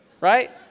Right